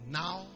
now